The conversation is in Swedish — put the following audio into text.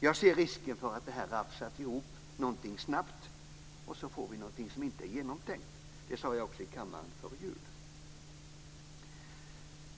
Jag ser risken för att det här rafsas ihop snabbt, och så får vi någonting som inte är genomtänkt. Det sade jag också i kammaren före jul.